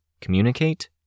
communicate